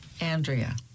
andrea